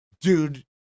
Dude